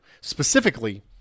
Specifically